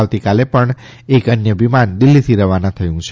આવતીકાલે પણ એક અન્ય વિમાન દિલ્હી થી રવાના થયું છે